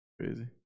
Crazy